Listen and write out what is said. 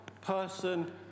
person